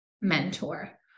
mentor